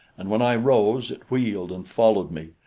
and when i rose, it wheeled and followed me,